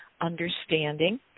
understanding